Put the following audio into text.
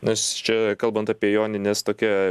nes čia kalbant apie jonines tokia